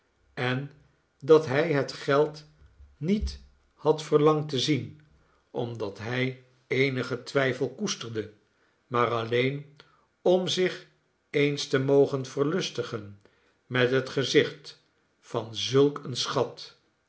en dat hij het geld niet had verlangd te zien omdat hij eenigen twijfel koesterde maar alleen om zich eens te mogen verlustigen met het gezicht van zulk een schat